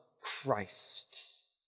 Christ